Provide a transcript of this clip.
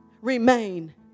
remain